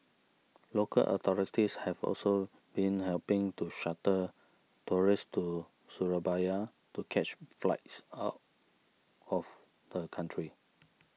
local authorities have also been helping to shuttle tourists to Surabaya to catch flights out of the country